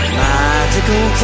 magical